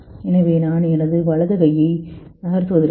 எனவே நான் எனது வலது கையை நகர்த்துவேன்